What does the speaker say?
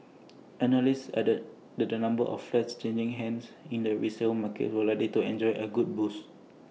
analysts added that the number of flats changing hands in the resale market will likely enjoy A good boost